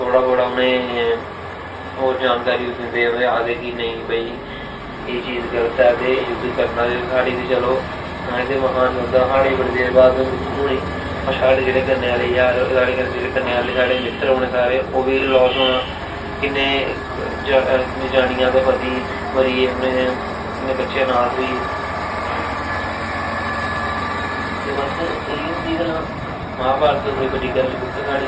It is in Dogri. थोह्ड़ा थोह्ड़ा होर जानकारी दिंदे उनेंगी आखदे भाई एह् चीज़ गल्त ऐ युध्द करनां ते खैर साढ़ी हैं ते महान योेध्दा साढ़े बाद देर दे मित्तर होनें साढ़े जेह्ड़े कन्नें आह्ले यार साढ़े कन्नें आह्ले साढ़े मित्तर होन ओह् बी लास होनां कन्नैं किन्नें जनानियां दे पति मरिये उनें किन्नें बच्चे अनाथ होईये ते बस इयो होंदियां गल्लां महाभारत बड़ी बड्डी ऐ बुक्क साढ़ी